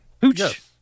Pooch